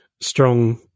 strong